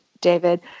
David